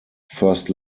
first